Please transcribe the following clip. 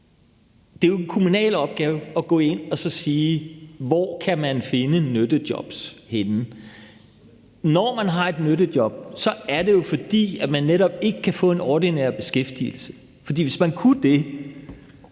det jo er en kommunal opgave at gå ind og sige, hvor man kan finde nyttejobs henne. Når man har et nyttejob, er det netop, fordi man ikke kan få en ordinær beskæftigelsen. For hvis man kunne det,